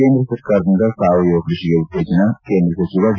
ಕೇಂದ್ರ ಸರ್ಕಾರದಿಂದ ಸಾವಯವ ಕೃಷಿಗೆ ಉತ್ತೇಜನ ಕೇಂದ್ರ ಸಚಿವ ಡಿ